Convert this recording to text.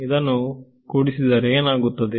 ಇದನ್ನು ಕುಡಿದರೆ ಏನು ಸಿಗುತ್ತದೆ